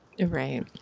Right